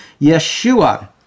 Yeshua